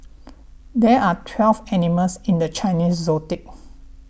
there are twelve animals in the Chinese zodiac